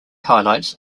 highlights